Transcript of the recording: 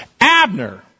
Abner